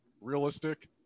realistic